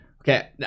Okay